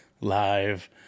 live